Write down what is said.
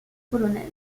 polonaise